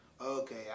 okay